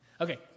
Okay